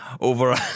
over